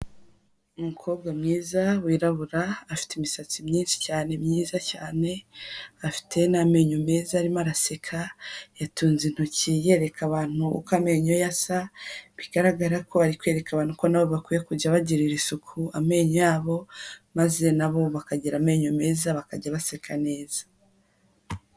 Umukobwa mwiza wirabura afite imisatsi myinshi cyane myiza cyane, afite n'amenyo meza arimo araseka, yatunze intoki yereka abantu uko amenyo ye asa, bigaragara ko ari kwereka abantu ko na bo bakwiye kujya bagirira isuku amenyo yabo maze na bo bakagira amenyo meza bakajya baseka neza.